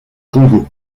congo